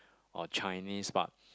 or Chinese but